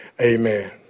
Amen